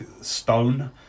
stone